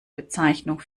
bezeichnung